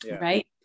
right